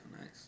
Nice